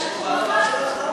אני מדבר על חובה.